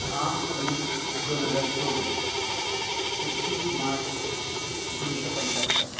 धा मे दोन हजार चोव्वीस एकतीस मार्च एकुणिश्शे पंच्यात्तर